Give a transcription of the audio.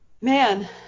Man